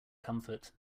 comfort